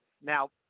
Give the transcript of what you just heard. now